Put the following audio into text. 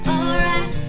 Alright